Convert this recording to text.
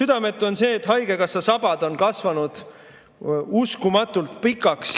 Südametu on see, et haigekassa sabad on kasvanud uskumatult pikaks